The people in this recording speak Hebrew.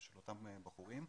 לא הבנתי.